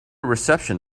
reception